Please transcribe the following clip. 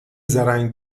زرنگ